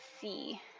see